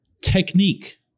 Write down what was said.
technique